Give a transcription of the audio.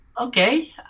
Okay